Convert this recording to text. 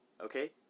Okay